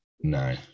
No